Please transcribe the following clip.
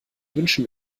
wünschen